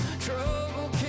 Trouble